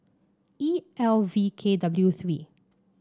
E L V K W three